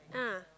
ah